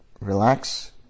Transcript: relax